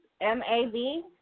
M-A-V